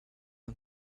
and